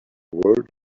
world